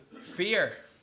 Fear